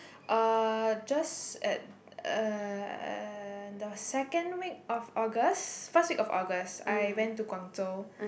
uh just at uh the second week of August first week of August I went to Guangzhou